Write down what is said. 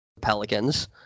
Pelicans